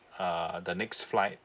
uh the next flight